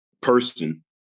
person